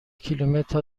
کیلومتر